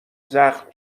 زخم